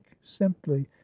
simply